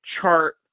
chart